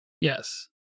Yes